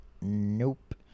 Nope